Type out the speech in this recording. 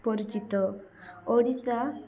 ପରିଚିତ ଓଡ଼ିଶା